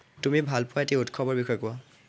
তুমি ভালপোৱা এটি উৎসৱৰ বিষয়ে কোৱাঁ